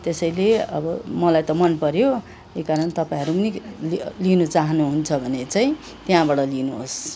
त्यसैले अब मलाई त मन पऱ्यो त्यही कारण तपाईँहरू पनि लि लिनु चाहनुहुन्छ भने चाहिँ त्यहाँबाट लिनुहोस्